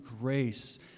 grace